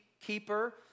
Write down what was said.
keeper